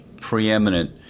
preeminent